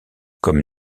comme